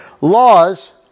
laws